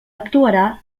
actuarà